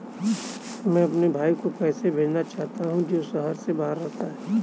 मैं अपने भाई को पैसे भेजना चाहता हूँ जो शहर से बाहर रहता है